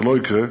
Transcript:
זה לא יקרה